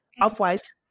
Otherwise